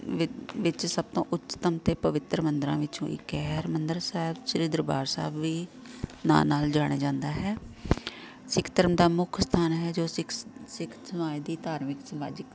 ਵਿੱ ਵਿੱਚ ਸਭ ਤੋਂ ਉੱਚਤਮ ਅਤੇ ਪਵਿੱਤਰ ਮੰਦਰਾਂ ਵਿੱਚੋਂ ਇੱਕ ਹੈ ਹਰਿਮੰਦਰ ਸਾਹਿਬ ਸ਼੍ਰੀ ਦਰਬਾਰ ਸਾਹਿਬ ਵੀ ਨਾਂ ਨਾਲ ਜਾਣਿਆ ਜਾਂਦਾ ਹੈ ਸਿੱਖ ਧਰਮ ਦਾ ਮੁੱਖ ਸਥਾਨ ਹੈ ਜੋ ਸਿੱਖ ਸਿੱਖ ਸਮਾਜ ਦੀ ਧਾਰਮਿਕ ਸਮਾਜਿਕ